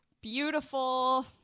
beautiful